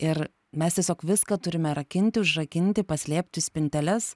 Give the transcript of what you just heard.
ir mes tiesiog viską turime rakinti užrakinti paslėpt į spinteles